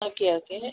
okay okay